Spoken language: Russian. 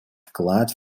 вклад